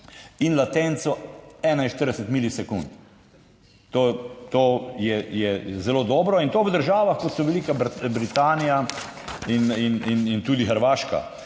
in latenco 41 milisekund, to je zelo dobro, in to v državah, kot so Velika Britanija in tudi Hrvaška.